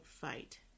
fight